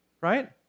right